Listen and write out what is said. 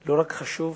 לא רק חשוב,